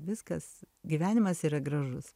viskas gyvenimas yra gražus